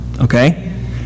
Okay